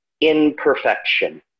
imperfection